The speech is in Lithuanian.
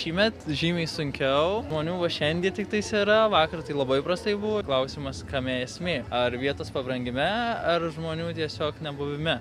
šįmet žymiai sunkiau žmonių va šiandien tiktais yra vakar tai labai prastai buvo klausimas kame esmė ar vietos pabrangime ar žmonių tiesiog nebuvime